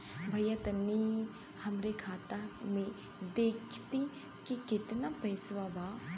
भईया तनि हमरे खाता में देखती की कितना पइसा बा?